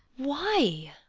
why?